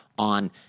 On